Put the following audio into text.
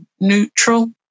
neutral